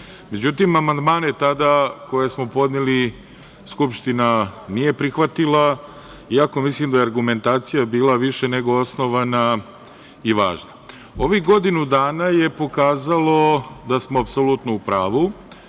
Međutim, amandmane koje smo tada podneli Skupština nije prihvatila, iako mislim da je argumentacija bila više nego osnovana i važna. Ovih godinu dana je pokazalo da smo apsolutno u pravu.